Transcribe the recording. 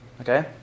Okay